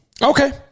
Okay